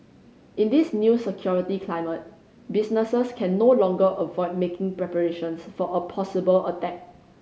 in this new security climate businesses can no longer avoid making preparations for a possible attack